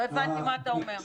לא הבנתי מה אתה אומר.